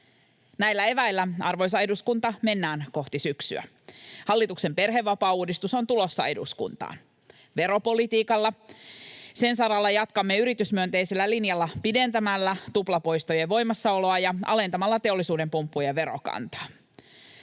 Näillä eväillä, arvoisa eduskunta, mennään kohti syksyä. Hallituksen perhevapaauudistus on tulossa eduskuntaan. Veropolitiikan saralla jatkamme yritysmyönteisellä linjalla pidentämällä tuplapoistojen voimassaoloa ja alentamalla teollisuuden pumppujen verokantaa.